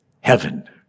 heaven